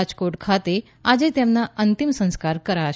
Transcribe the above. રાજકોટ ખાતે આજે તેમના અંતિમ સંસ્કાર કરાશે